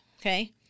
Okay